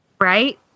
Right